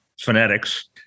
phonetics